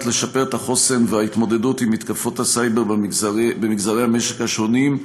לשפר את החוסן וההתמודדות עם מתקפות הסייבר במגזרי המשק השונים,